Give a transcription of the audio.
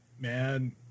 man